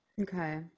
Okay